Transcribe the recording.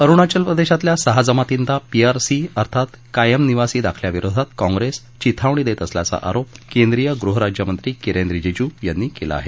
अरुणाचल प्रदेशातल्या सहा जमातींना पीआरसी अर्थात कायम निवासी दाखल्या विरोधात काँग्रेस चिथावणी देत असल्याचा आरोप केंद्रीय गृह राज्यमंत्री किरेन रिजीजू यांनी केला आहे